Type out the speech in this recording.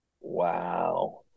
Wow